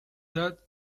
that